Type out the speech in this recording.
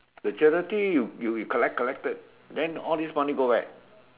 the charity you you collect collected then all this money go where